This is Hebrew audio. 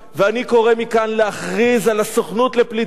ואני קורא מכאן להכריז על הסוכנות לפליטים